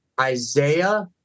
Isaiah